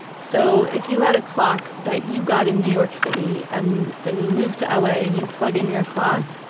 so if you had a clock that you got in new york city, and then you moved to la and you plug in your clock,